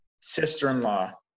sister-in-law